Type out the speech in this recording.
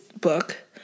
book